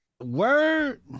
Word